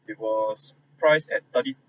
it was priced at thirty